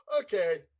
Okay